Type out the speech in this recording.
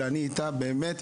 אלא אני איתה באמת,